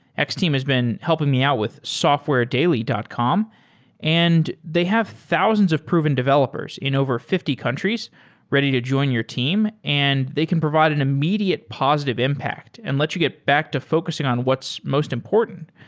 x-team has been helping me out with softwaredaily dot com and they have thousands of proven developers in over fifty countries ready to join your team and they can provide an immediate positive impact and lets you get back to focusing on what's most important,